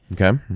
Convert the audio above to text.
Okay